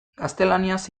gaztelaniaz